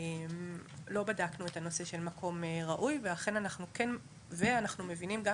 לא בדקנו את הנושא של מקום ראוי ואנחנו מבינים גם